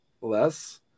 less